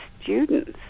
students